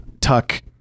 Tuck